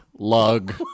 Lug